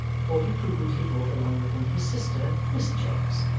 for he prudently brought along with him his sister, miss cheggs,